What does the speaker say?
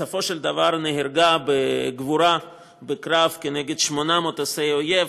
בסופו של דבר היא נהרגה בגבורה בקרב כנגד שמונה מטוסי אויב,